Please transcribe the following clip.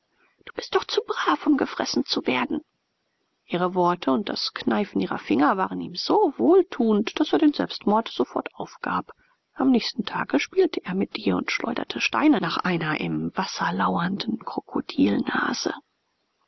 du bist doch zu brav um gefressen zu werden ihre worte und das kneifen ihrer finger waren ihm so wohltuend daß er den selbstmord sofort aufgab am nächsten tage spielte er mit ihr und schleuderte steine nach einer im wasser lauernden